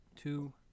Two